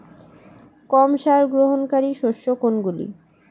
কম সার গ্রহণকারী শস্য কোনগুলি?